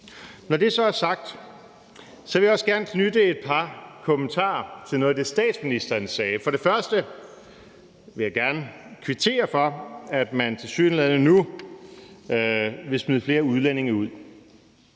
Når det så er sagt, vil jeg også gerne knytte et par kommentarer til noget af det, statsministeren sagde. For det første vil jeg gerne kvittere for, at man tilsyneladende nu vil smide flere udlændinge ud.